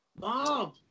Mom